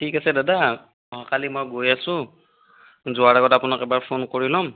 ঠিক আছে দাদা অ' কালি মই গৈ আছো যোৱাৰ আগত আপোনাক এবাৰ ফোন কৰি ল'ম